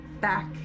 back